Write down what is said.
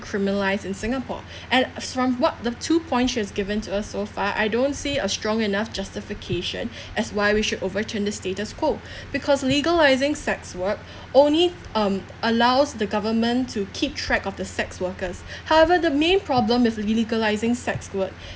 criminalised in singapore and from what the two points she has given to us so far I don't see a strong enough justification as why we should overturn the status quo because legalising sex work only um allows the government to keep track of the sex workers however the main problem with legalising sex work